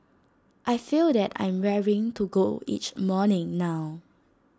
I feel that I'm raring to go each morning now